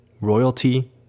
royalty